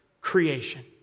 creation